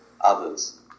others